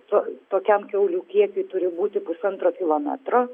to tokiam kiaulių kiekiui turi būti pusantro kilometro